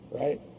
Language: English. right